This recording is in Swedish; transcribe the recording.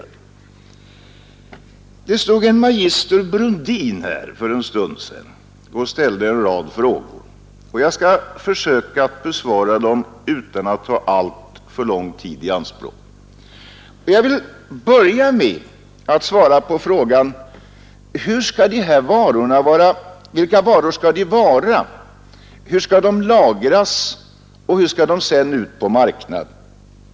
En magister Brundin stod här för en stund sedan och ställde en rad frågor. Jag skall försöka besvara dem utan att ta alltför lång tid i anspråk. Jag vill börja med frågan om vilka varor det skall vara, hur de skall lagras och hur de skall föras ut på marknaden.